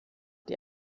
die